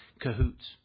cahoots